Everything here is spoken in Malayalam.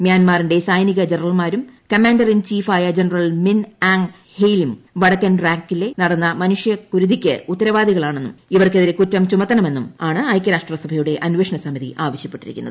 മ്യാൻമറിന്റെ സൈനിക ജനറൽമാരും കമാൻഡർ ഇൻ ചീഫായ ജനറൽ മിൻ ആംങ് ഹെയ്ലിങും വടക്കൻ റാക്കിനിൽ നടന്ന മനുഷ്യക്കുരുതിക്ക് ഉത്തരവാദികളാണെന്നും ഇവർക്കെതിരെ കുറ്റം ചുമത്തണമെന്നുമാണ് ഐക്യരാഷ്ട്രസഭയുടെ അന്വേഷണസമിതി ആവശ്യപ്പെട്ടിരിക്കുന്നത്